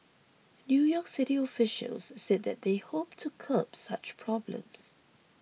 New York City officials said that they hoped to curb such problems